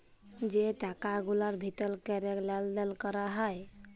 যে টাকা গুলার ভিতর ক্যরে লেলদেল ক্যরা হ্যয়